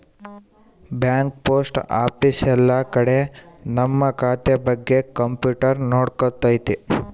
bank post office ಎಲ್ಲ ಕಡೆ ನಮ್ ಖಾತೆ ಬಗ್ಗೆ ಕಂಪ್ಯೂಟರ್ ನೋಡ್ಕೊತೈತಿ